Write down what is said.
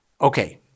Okay